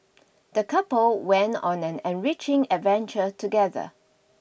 the couple went on an enriching adventure together